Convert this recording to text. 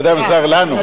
אם אדם זר לנו.